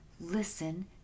listen